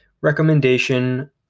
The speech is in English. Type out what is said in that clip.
recommendation